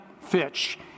Fitch